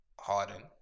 Harden